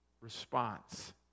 response